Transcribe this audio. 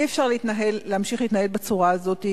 אי-אפשר להמשיך להתנהל בצורה הזאת,